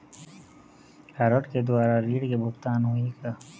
Card के द्वारा ऋण के भुगतान होही का?